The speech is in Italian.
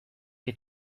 che